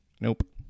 Nope